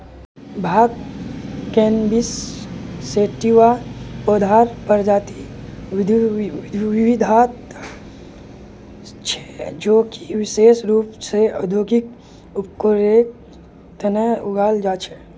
भांग cannabis sativa पौधार प्रजातिक विविधता छे जो कि विशेष रूप स औद्योगिक उपयोगेर तना उगाल जा छे